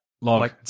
log